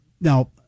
now